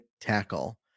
tackle